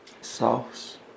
sauce